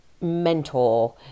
mentor